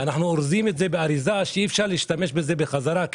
ואנחנו אורזים את זה באריזה שאי אפשר להשתמש בזה בחזרה.